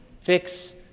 fix